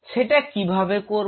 সেটা কিভাবে করব